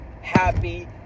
happy